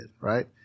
Right